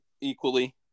equally